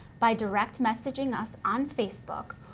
by direct messaging us on facebook,